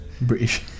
British